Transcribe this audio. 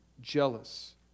jealous